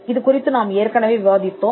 இது குறித்து நாம் ஏற்கனவே விவாதித்தோம்